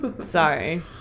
Sorry